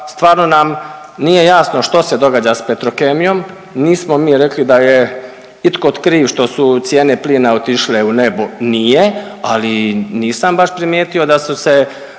stvarno nam nije jasno što se događa s Petrokemijom, nismo mi rekli da je itko kriv što su cijene plina otišle u nebo, nije, ali nisam baš primijetio da su se